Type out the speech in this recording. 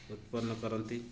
ଉତ୍ପନ୍ନ କରନ୍ତି